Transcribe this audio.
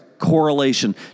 correlation